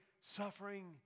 suffering